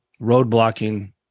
roadblocking